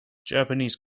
japanese